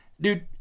Dude